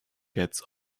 gets